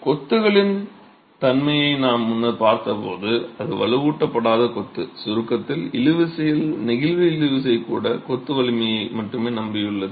கொத்துகளின் தன்மையை நாம் முன்னர் பார்த்தபோது அது வலுவூட்டப்படாத கொத்து சுருக்கத்தில் இழுவிசையில் நெகிழ்வு இழுவிசை கூட கொத்து வலிமையை மட்டுமே நம்பியுள்ளது